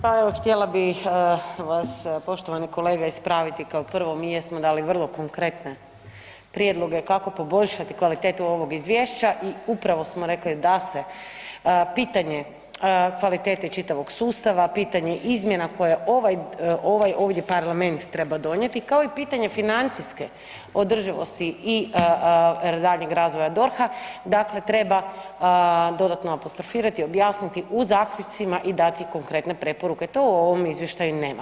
Pa evo htjela bih vas poštovani kolega ispraviti, kao prvo mi jesmo dali vrlo konkretne prijedloge kako poboljšati kvalitetu ovog izvješća i upravo smo rekli da se pitanje kvalitete čitavog sustava, pitanja izmjena koje ovaj ovdje parlament treba donijeti kao i pitanje financijske održivosti i daljnjeg razvoja DORH-a dakle treba dodatno apostrofirati, objasniti u zaključcima i dati konkretne preporuke, to u ovom izvještaju nema.